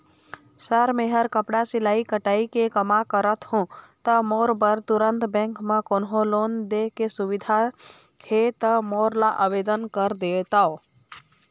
Sir मेहर कपड़ा सिलाई कटाई के कमा करत हों ता मोर बर तुंहर बैंक म कोन्हों लोन दे के सुविधा हे ता मोर ला आवेदन कर देतव?